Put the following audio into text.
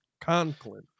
Conklin